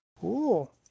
Cool